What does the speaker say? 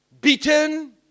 beaten